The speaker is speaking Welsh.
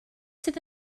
sydd